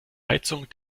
heizung